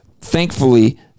Thankfully